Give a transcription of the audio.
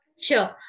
Sure